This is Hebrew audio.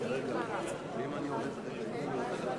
אני מתכבדת להציג